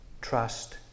trust